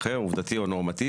זו התשובה שהאיחוד האירופי נתן.